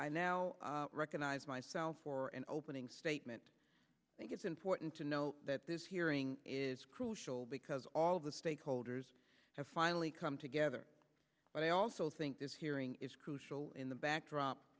i now recognize myself for an opening statement i think it's important to note that this hearing is crucial because all the stakeholders have finally come together but i also think this hearing is crucial in the backdrop